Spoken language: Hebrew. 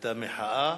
היתה מחאה.